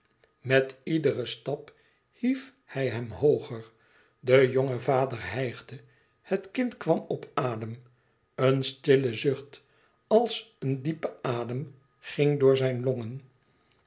met iederen stap hief hij hem hooger de jonge vader hijgde het kind kwam op adem een stille zucht als een diepe adem ging door zijn longen